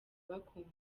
bakunze